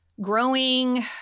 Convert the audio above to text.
growing